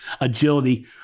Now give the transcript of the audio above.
agility